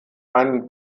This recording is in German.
einen